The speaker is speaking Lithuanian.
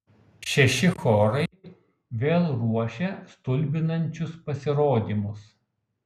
šeši chorai vėl ruošia stulbinančius pasirodymus